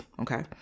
okay